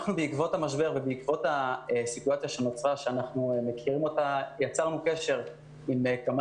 אנחנו בעקבות המשבר והסיטואציה שנוצרה יצרנו קשר עם כמה